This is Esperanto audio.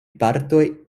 partoj